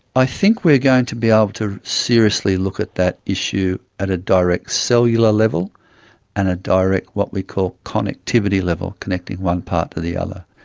i think we are going to be able to seriously look at that issue at a direct cellular level and a direct what we call connectivity level, connecting one part to the other.